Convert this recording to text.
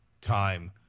time